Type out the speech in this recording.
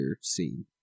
scene